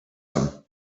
him